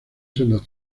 sendos